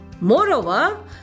Moreover